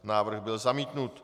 Návrh byl zamítnut.